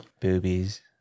boobies